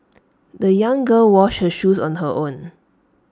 the young girl washed her shoes on her own